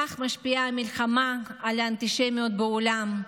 כך משפיעה המלחמה על האנטישמיות בעולם.